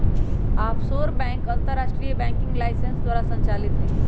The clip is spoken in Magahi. आफशोर बैंक अंतरराष्ट्रीय बैंकिंग लाइसेंस द्वारा संचालित हइ